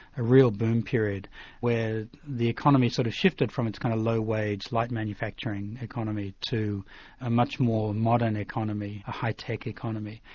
a real boom period where the economy sort of shifted from its kind of low wage, light manufacturing economy, to a much more modern economy, a high-tech economy.